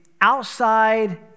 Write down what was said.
outside